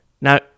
Now